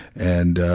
and ah,